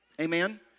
Amen